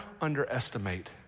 underestimate